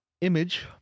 image